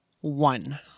one